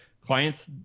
clients